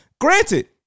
Granted